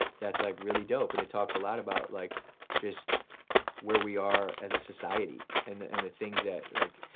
that's like really dope. and it talks a lot about like just where we are as a society, and the and the things that like,